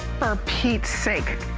for pete's sake!